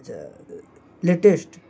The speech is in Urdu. اچھا لیٹیشٹ